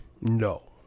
No